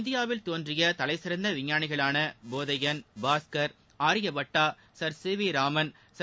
இந்தியாவில் தோன்றிய தலைசிறந்த விஞ்ஞானிகளான போதையன் பாஸ்கர் ஆரியபட்டா சர்சிவி ராமன் சர்